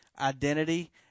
Identity